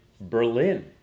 Berlin